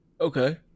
Okay